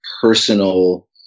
personal